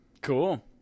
Cool